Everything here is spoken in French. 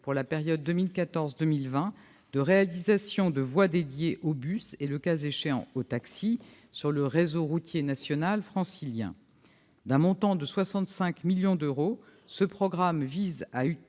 pour la période 2014-2020, de réalisation de voies dédiées aux bus et, le cas échéant, aux taxis sur le réseau routier national francilien. D'un montant de 65 millions d'euros, ce programme vise à